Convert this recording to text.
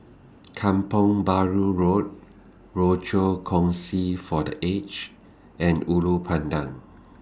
Kampong Bahru Road Rochor Kongsi For The Aged and Ulu Pandan